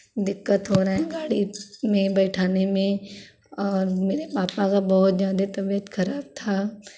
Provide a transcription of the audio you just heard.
दिक्कत हो रहा है गाड़ी में बैठाने में और मेरे पापा का बहुत ज़्यादे तबियत खराब था